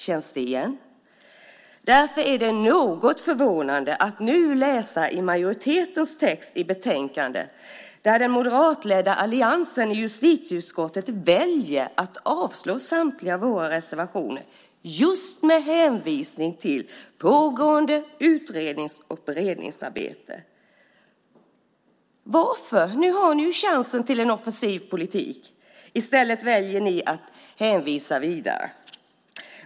Känns det igen? Därför är det något förvånande att nu läsa majoritetens text i betänkandet där den moderatledda alliansen i justitieutskottet väljer att avstyrka samtliga våra reservationer just med hänvisning till pågående utrednings och beredningsarbete. Varför? Nu har ni ju chansen till en offensiv politik. I stället väljer ni att hänvisa vidare.